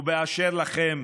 ובאשר לכם,